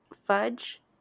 Fudge